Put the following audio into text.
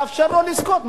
לאפשר לו לזכות?